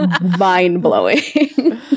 mind-blowing